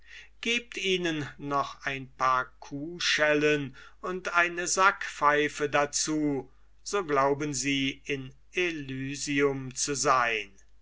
gebt ihnen noch ein paar kuhschellen und eine sackpfeife dazu so glauben sie in elysium zu sein